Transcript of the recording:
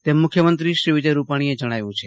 તેમ મુખ્યમંત્રી વિજય રૂપાણીએ જણાવ્યુ છે